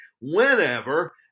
whenever